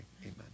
amen